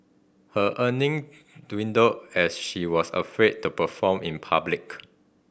her earning dwindled as she was afraid to perform in public